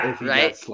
Right